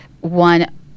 One